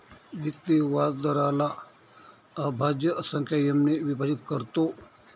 व्यक्ती व्याजदराला अभाज्य संख्या एम ने विभाजित करतो